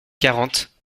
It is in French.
quarante